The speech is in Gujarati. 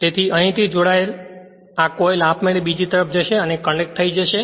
તેથી અહીંથી જોડાયેલ આ કોઇલ આપમેળે બીજી તરફ જશે અને કનેક્ટ થઈ જશે